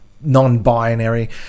non-binary